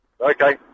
Okay